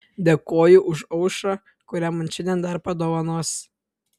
dėkoju už aušrą kurią man šiandien dar padovanosi